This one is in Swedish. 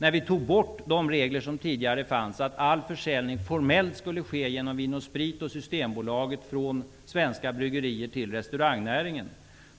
När vi tog bort de reglerna, dvs. om att all försäljning från svenska bryggerier till restaurangnäringen formellt skulle ske genom Vin & Sprit och Systembolaget,